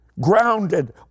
grounded